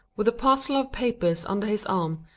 with a parcel of papers under his arm,